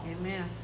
Amen